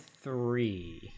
three